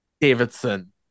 Davidson